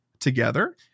together